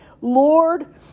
Lord